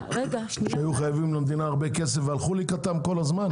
שהיו חייבים למדינה הרבה כסף והלכו לקראתם כל הזמן?